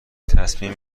تصمیم